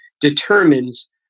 determines